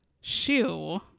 shoe